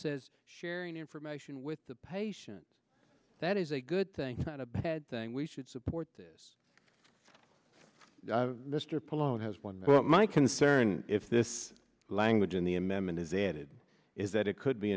says sharing information with the patient that is a good thing not a bad thing we should support this mr polow has one but my concern if this language in the amendment is a added is that it could be